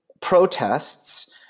protests